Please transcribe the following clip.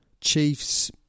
Chiefs